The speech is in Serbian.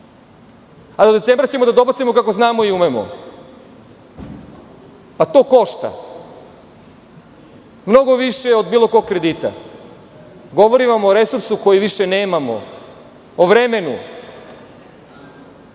ado decembra ćemo da dobacimo kako znamo i umemo. To košta, mnogo više nego od bilo kog kredita, govorim vam o resursu koji više nemamo, o vremenu. Sve